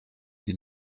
die